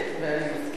אני חושב,